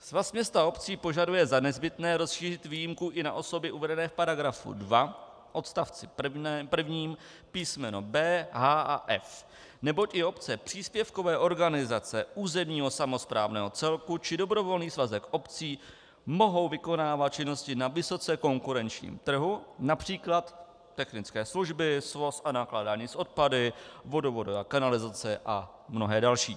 Svaz měst a obcí požaduje za nezbytné rozšířit výjimku i na osoby uvedené v § 2 odst. prvním písm. b), h) a f), neboť i obce, příspěvkové organizace územního samosprávného celku či dobrovolných svazů obcí mohou vykonávat činnosti na vysoce konkurenčním trhu, například technické služby, svoz a nakládání s odpady, vodovody a kanalizace a mnohé další.